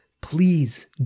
please